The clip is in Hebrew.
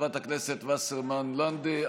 חברת הכנסת וסרמן לנדה,